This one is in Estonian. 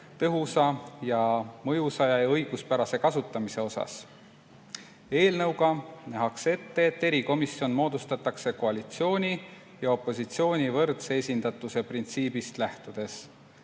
tõhusa, mõjusa ja õiguspärase kasutamise osas. Eelnõuga nähakse ette, et erikomisjon moodustatakse koalitsiooni ja opositsiooni võrdse esindatuse printsiibist lähtudes.